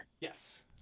Yes